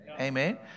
Amen